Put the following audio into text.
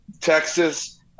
Texas